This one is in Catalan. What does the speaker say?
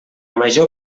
major